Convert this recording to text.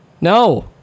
no